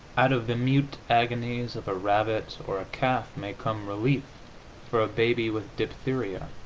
out of the mute agonies of a rabbit or a calf may come relief for a baby with diphtheria,